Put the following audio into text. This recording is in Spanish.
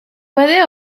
puede